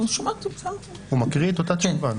הוא מקריא את אותה תשובה.